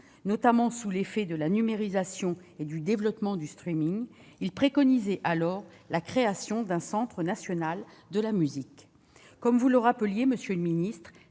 notamment sous l'effet de la numérisation et du développement du, ce rapport préconisait la création d'un centre national de la musique. Comme vous le rappeliez, monsieur le ministre,